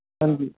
ਹਾਂਜੀ